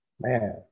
Man